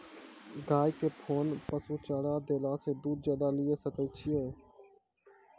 गाय के कोंन पसुचारा देला से दूध ज्यादा लिये सकय छियै?